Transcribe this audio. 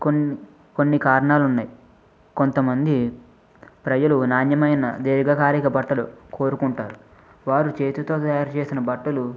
కొన్ని కొన్ని కారణాలు ఉన్నాయి కొంతమంది ప్రజలు నాణ్యమైన దీర్ఘకాలిక బట్టలు కోరుకుంటారు వారు చేతితో తయారుచేసిన బట్టలు